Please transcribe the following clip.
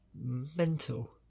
mental